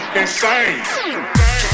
insane